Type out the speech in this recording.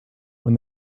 when